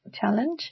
challenge